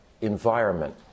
environment